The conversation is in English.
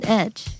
edge